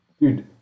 dude